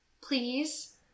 please